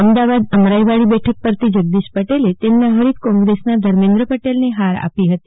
અમદાવાદ અમરાઈવાડી બેઠક પરથી જગદીશ પટેલ તેમના હરીફ કોંગ્રેસના ધર્મેન્દ્ર પટેલને હાર આપી હતી